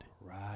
Right